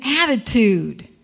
attitude